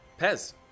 Pez